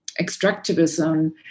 extractivism